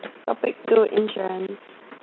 topic two insurance